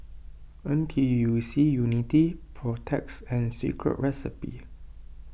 N T U C Unity Protex and Secret Recipe